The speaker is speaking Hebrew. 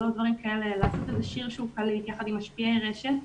לעשות שיר שהוא קליט יחד עם משפיעי רשת,